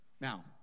Now